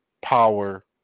power